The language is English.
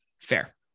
Fair